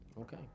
Okay